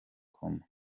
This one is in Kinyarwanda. coma